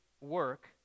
work